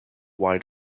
why